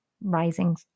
rising